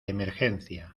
emergencia